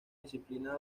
disciplina